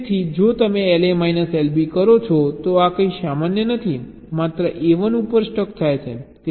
તેથી જો તમે LA માઈનસ LB કરો છો તો આ કંઈ સામાન્ય નથી માત્ર A 1 ઉપર સ્ટક થાય છે